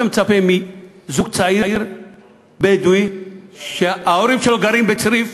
מה אתה מצפה מזוג צעיר בדואי שההורים שלו גרים בצריף,